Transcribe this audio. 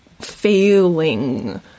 failing